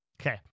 Okay